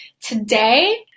today